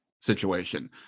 situation